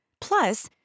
Plus